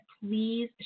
please